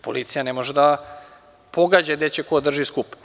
Policija ne može da pogađa gde će ko da drži skup.